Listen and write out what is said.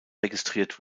registriert